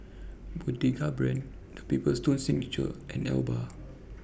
Pagoda Brand The Paper Stone Signature and Alba